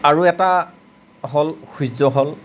আৰু এটা হল সূৰ্য হল